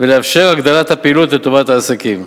ולאפשר הגדלת הפעילות לטובת העסקים.